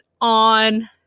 on